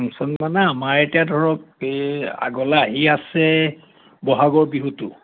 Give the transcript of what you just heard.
function মানে আমাৰ এতিয়া ধৰক এই আগলে আহি আছে বহাগৰ বিহুটো